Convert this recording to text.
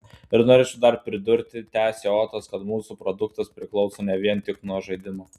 ir norėčiau dar pridurti tęsė otas kad mūsų produktas priklauso ne vien tik nuo žaidimo